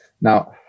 Now